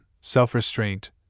self-restraint